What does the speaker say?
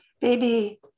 Baby